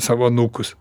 savo anūkus